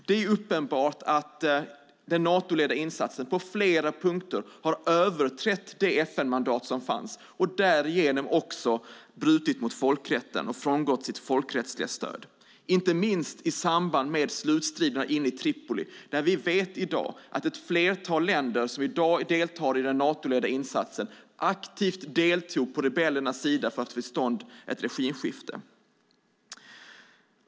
Det är uppenbart att den Natoledda insatsen på flera punkter har överträtt det FN-mandat som fanns och därigenom också brutit mot folkrätten och frångått sitt folkrättsliga stöd. Detta gäller inte minst i samband med striderna inne i Tripoli, där vi vet att ett flertal länder som i dag deltar i den Natoledda insatsen aktivt deltog på rebellernas sida för att få till stånd ett regimskifte.